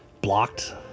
blocked